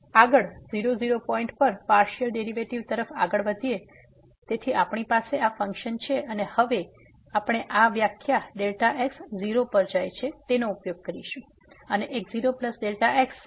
આગળ 00 પોઇન્ટ પર partial derivative તરફ આગળ વધીએ તેથી આપણી પાસે આ ફંકશન છે અને હવે આપણે આ વ્યાખ્યા x 0 પર જાય છે નો ઉપયોગ કરશું અને અને x0x અને માઈનસ f ઓવર x